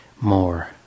more